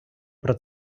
про